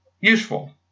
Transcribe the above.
useful